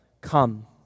come